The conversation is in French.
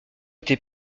été